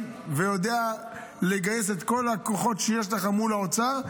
ויודע לגייס את כל הכוחות שיש לו מול האוצר.